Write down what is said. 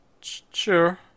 Sure